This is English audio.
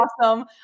awesome